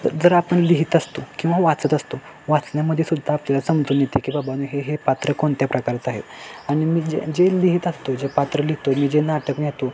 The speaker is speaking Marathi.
तर आपण लिहित असतो किंवा वाचत असतो वाचण्यामध्येसुद्धा आपल्याला समजून येते की बाबानु हे हे पात्र कोणत्या प्रकारचं आहे आणि मी जे जे लिहित असतो जे पात्र लिहितो मी जे नाटक नेतो